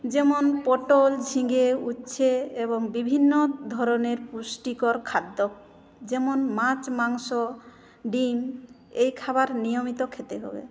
যেমন পটল ঝিঙে উচ্ছে এবং বিভিন্ন ধরনের পুষ্টিকর খাদ্য যেমন মাছ মাংস ডিম এই খাবার নিয়মিত খেতে হবে